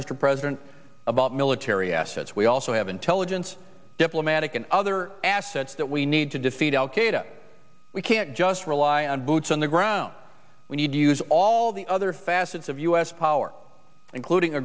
mr president about military assets we also have intelligence diplomatic and other assets that we need to defeat al qaeda we can't just rely on boots on the ground we need to use all the other facets of u s power including